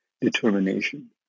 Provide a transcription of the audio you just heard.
determination